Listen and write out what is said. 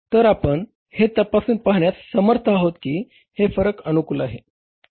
तर आपण हे तपासून पाहण्यास समर्थ आहोत की हे फरक अनुकूल आहे